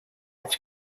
its